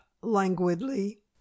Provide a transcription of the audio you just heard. languidly